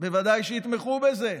בוודאי יתמכו בזה.